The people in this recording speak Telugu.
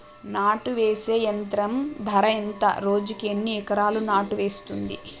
నాటు వేసే యంత్రం ధర ఎంత రోజుకి ఎన్ని ఎకరాలు నాటు వేస్తుంది?